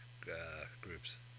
groups